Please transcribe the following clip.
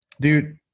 Dude